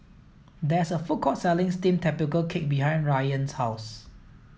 there is a food court selling steamed tapioca cake behind Rayan's house